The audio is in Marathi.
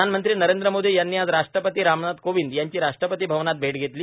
प्रधानमंत्री नरेंद्र मोदी यांनी आज राष्ट्रपती रामनाथ कोविंद यांची राष्ट्रपतीभवनात भैट घेतली